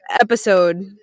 episode